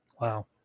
Wow